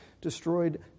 destroyed